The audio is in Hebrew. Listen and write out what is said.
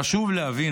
חשוב להבין,